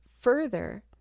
further